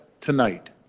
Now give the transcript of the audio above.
tonight